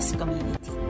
community